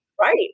right